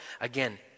again